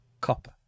Copper